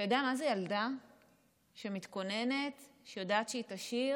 אתה יודע מה זה ילדה שמתכוננת, שיודעת שהיא תשיר,